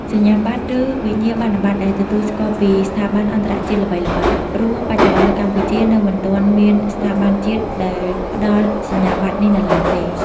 សញ្ញាបត្រ ឬ វិញ្ញាបនបត្រដែលទទួលស្គាល់ពីស្ថាប័នអន្តរជាតិល្បីៗ ព្រោះបច្ចុប្បន្ននៅកម្ពុជានៅមិនទាន់មានស្ថាប័នជាតិដែលផ្ដល់សញ្ញាបត្រនេះនៅឡើយទេ។